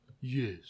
Yes